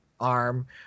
arm